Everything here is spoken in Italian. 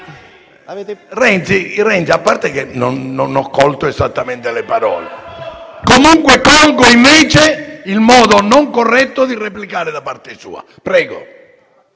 Renzi, non ho colto esattamente le parole, ma colgo invece il modo non corretto di replicare da parte sua. Prego,